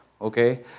okay